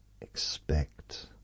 Expect